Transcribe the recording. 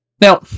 Now